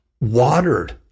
watered